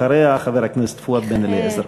אחריה, חבר הכנסת פואד בן-אליעזר.